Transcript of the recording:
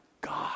God